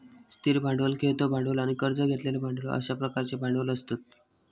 स्थिर भांडवल, खेळतो भांडवल आणि कर्ज घेतलेले भांडवल अश्या प्रकारचे भांडवल असतत